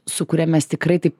su kuria mes tikrai taip